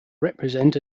represent